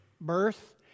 birth